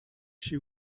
she